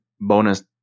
bonus